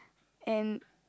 and